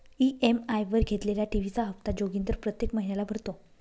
EMI वर घेतलेल्या TV चा हप्ता जोगिंदर प्रत्येक महिन्याला भरतो